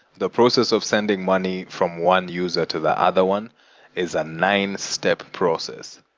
the process of sending money from one user to the other one is a nine-step process.